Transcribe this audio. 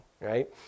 right